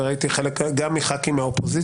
אבל ראיתי שגם חלק מחברי הכנסת מהאופוזיציה,